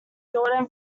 jordan